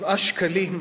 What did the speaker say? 7 שקלים,